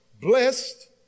Blessed